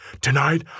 Tonight